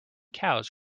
cows